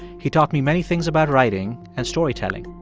he taught me many things about writing and storytelling.